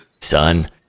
son